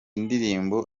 ndirimbo